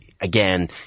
again